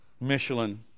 Michelin